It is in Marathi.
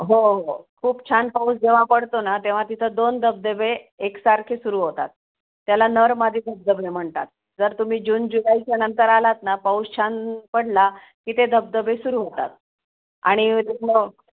हो हो हो खूप छान पाऊस जेव्हा पडतो ना तेव्हा तिथं दोन धबधबे एकसारखे सुरू होतात त्याला नर मादी धबधबे म्हणतात जर तुम्ही जून जुलैच्या नंतर आलात ना पाऊस छान पडला की ते धबधबे सुरू होतात आणि तिथं